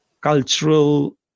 cultural